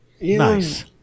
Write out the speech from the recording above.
Nice